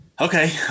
Okay